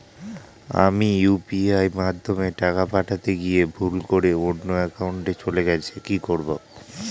আমি ইউ.পি.আই মাধ্যমে টাকা পাঠাতে গিয়ে ভুল করে অন্য একাউন্টে চলে গেছে কি করব?